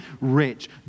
rich